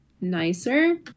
nicer